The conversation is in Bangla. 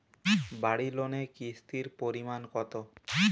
বাড়ি লোনে কিস্তির পরিমাণ কত?